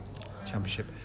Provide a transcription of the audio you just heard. Championship